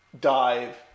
dive